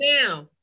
Now